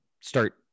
start